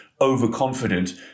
overconfident